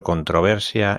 controversia